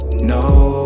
No